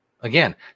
Again